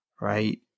Right